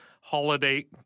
holiday